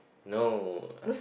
no